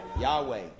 Yahweh